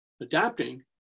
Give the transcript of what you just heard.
adapting